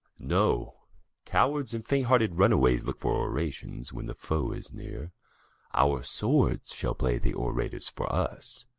no cowards and faint-hearted runaways look for orations when the foe is near our swords shall play the orators for us.